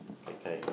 Gai-Gai